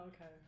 okay